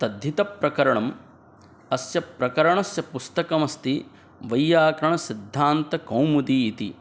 तद्धितप्रकरणम् अस्य प्रकरणस्य पुस्तकमस्ति वैयाकरणसिद्धान्तकौमुदी इति